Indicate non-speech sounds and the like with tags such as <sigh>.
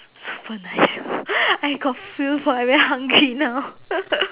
super nice sia <breath> I got feel for it I very hungry now <laughs>